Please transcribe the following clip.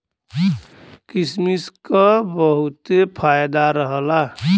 किसमिस क बहुते फायदा रहला